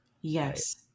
yes